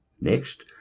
Next